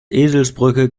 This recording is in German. eselsbrücke